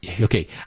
okay